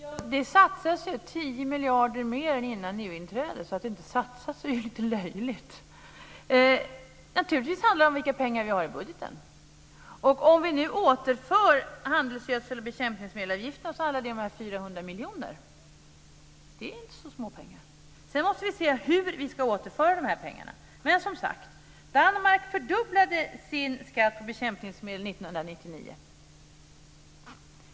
Fru talman! Det satsas ju 10 miljarder mer än innan EU-inträdet. Att säga att det inte satsas är ju lite löjligt. Det handlar naturligtvis om hur mycket pengar vi har i budgeten. Om vi nu återför avgifterna på handelsgödsel och bekämpningsmedel handlar det om 400 miljoner. Det är inte så lite pengar. Sedan måste vi se hur vi ska återföra de här pengarna. Men som sagt, Danmark fördubblade sin skatt på bekämpningsmedel 1999.